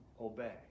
obey